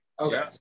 Okay